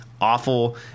awful